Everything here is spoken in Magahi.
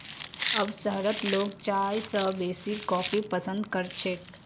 अब शहरत लोग चाय स बेसी कॉफी पसंद कर छेक